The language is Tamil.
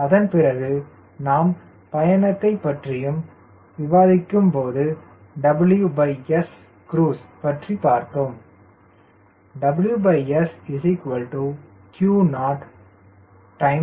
அதன்பிறகு நாம் பயணத்தைப் பற்றியும் விவாதிக்கும்போது WScruise பற்றி பார்த்தோம்